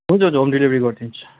हुन्छ हुन्छ home delivery गरिदिन्छु